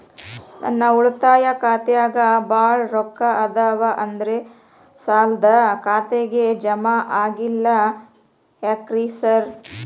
ನನ್ ಉಳಿತಾಯ ಖಾತ್ಯಾಗ ಬಾಳ್ ರೊಕ್ಕಾ ಅದಾವ ಆದ್ರೆ ಸಾಲ್ದ ಖಾತೆಗೆ ಜಮಾ ಆಗ್ತಿಲ್ಲ ಯಾಕ್ರೇ ಸಾರ್?